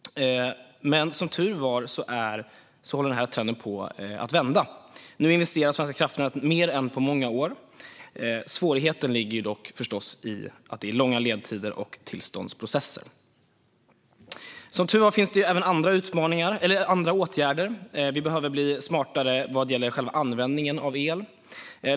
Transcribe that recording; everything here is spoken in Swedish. Som tur är håller dock denna trend på att vända. Nu investerar Svenska kraftnät mer än på många år. Svårigheten ligger förstås i långa ledtider och tillståndsprocesser. Som tur är finns även andra åtgärder. Vi behöver bli smartare vad gäller själva användningen av el.